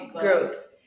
Growth